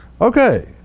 Okay